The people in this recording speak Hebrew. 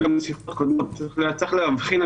צריך להבחין,